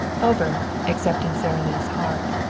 over, except in sara lee's heart.